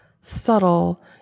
subtle